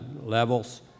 levels